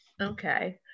okay